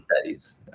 studies